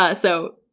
ah so,